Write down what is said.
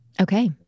Okay